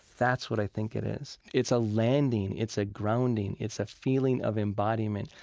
that's what i think it is. it's a landing, it's a grounding, it's a feeling of embodiment.